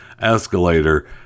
escalator